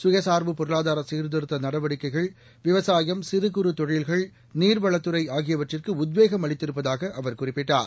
சுயசார்பு பொருளாதார சீர்திருத்த நடவடிக்கைகள் விவசாயம் சிறு குறு தொழில்கள் நீர்வளத்துறை ஆகியவற்றுக்கு உத்வேகம் அளித்திருப்பதாக அவர் குறிப்பிட்டார்